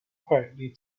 quietly